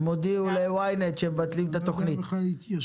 הם הודיעו ל-YNET שמבטלים את התוכנית.